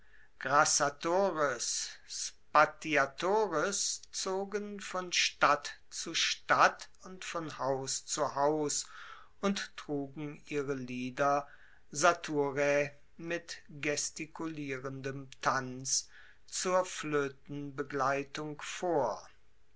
zogen von stadt zu stadt und von haus zu haus und trugen ihre lieder saturae mit gestikulierendem tanz zur floetenbegleitung vor